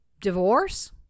divorce